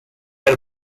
are